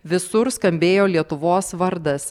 visur skambėjo lietuvos vardas